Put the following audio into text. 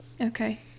okay